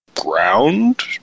ground